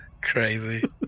crazy